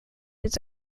his